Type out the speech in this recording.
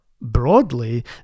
broadly